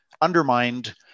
undermined